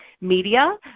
media